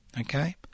Okay